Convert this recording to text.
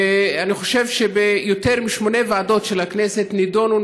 ואני חושב שביותר משמונה ועדות של הכנסת נדונו